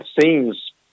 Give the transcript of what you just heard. seems